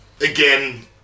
Again